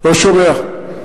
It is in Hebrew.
לא שומע.